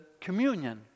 communion